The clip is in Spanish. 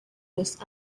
los